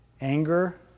Anger